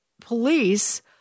police